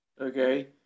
okay